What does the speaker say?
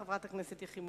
חברת הכנסת יחימוביץ,